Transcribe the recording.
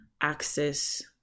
access